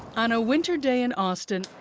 on a winter day in austin,